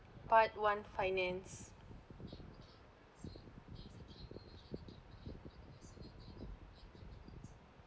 part one finance